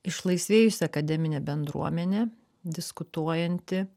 išlaisvėjusi akademinė bendruomenė diskutuojanti